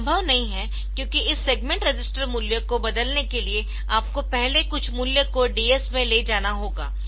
यह संभव नहीं है क्योंकि इस सेगमेंट रजिस्टर मूल्य को बदलने के लिए आपको पहले कुछ मूल्य को DS में ले जाना होगा